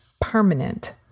permanent